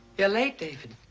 you're late, david.